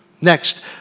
Next